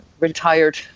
Retired